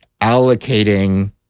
allocating